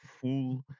full